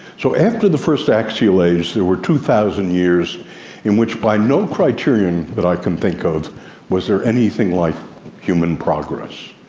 so after the first axial age there were two thousand years in which by no criterion that i can think of was there anything like human progress.